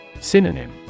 Synonym